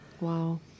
Wow